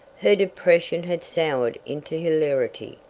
her depression had soured into hilarity.